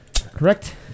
Correct